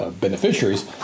beneficiaries